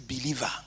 believer